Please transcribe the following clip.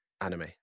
anime